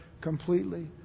completely